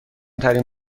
ترین